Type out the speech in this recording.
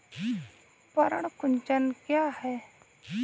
पर्ण कुंचन क्या है?